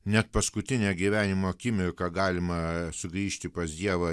net paskutinę gyvenimo akimirką galima sugrįžti pas dievą